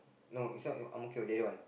no is not Ang-Mo-Kio that one